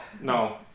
no